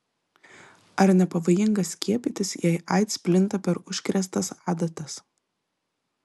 ar nepavojinga skiepytis jei aids plinta per užkrėstas adatas